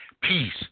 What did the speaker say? peace